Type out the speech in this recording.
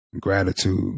gratitude